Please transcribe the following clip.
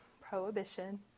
prohibition